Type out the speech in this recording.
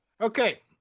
okay